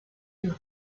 you